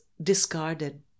discarded